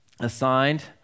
assigned